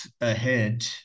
ahead